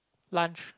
lunch